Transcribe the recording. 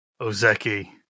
Ozeki